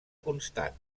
constant